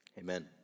Amen